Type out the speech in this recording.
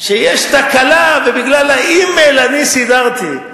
שיש תקלה ובגלל האימייל אני סידרתי.